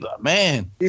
man